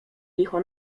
licho